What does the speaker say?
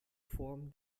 form